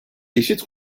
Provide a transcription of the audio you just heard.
eşit